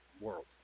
world